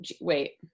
Wait